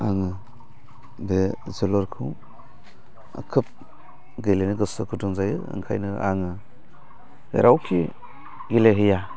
आङो बे जोलुरखौ खोब गेलेनो गोसो गुदुं जायो ओंखायनो आङो जेरावखि गेलेहैया